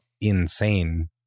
insane